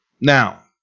Now